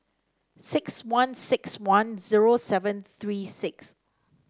six one six one zero seven three six